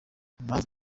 impamvu